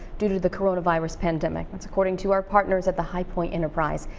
due to the coronavirus pandemic. that's according to our partners at the high point enterprise.